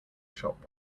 shop